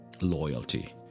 loyalty